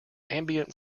ambient